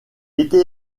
était